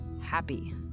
Happy